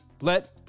let